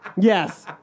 Yes